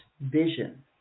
vision